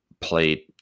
played